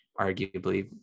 arguably